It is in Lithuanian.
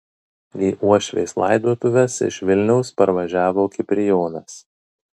į uošvės laidotuves iš vilniaus parvažiavo kiprijonas